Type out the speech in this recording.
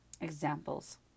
examples